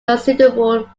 considerable